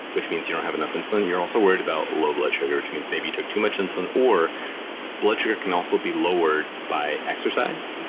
which means you don't have enough insulin. you're also worried about low blood sugar, which means maybe you took too much insulin or blood sugar can also be lowered by exercise.